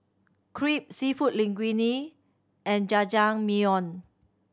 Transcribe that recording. Crepe Seafood Linguine and Jajangmyeon